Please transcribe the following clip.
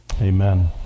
amen